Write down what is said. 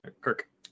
Kirk